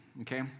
Okay